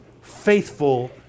faithful